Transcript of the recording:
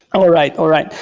um all right. all right.